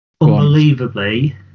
Unbelievably